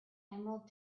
emerald